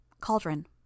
Cauldron